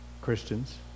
Christians